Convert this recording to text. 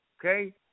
okay